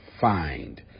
find